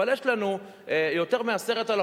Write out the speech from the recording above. אבל יש לנו יותר מ-10,000